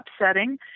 upsetting